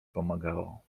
pomagało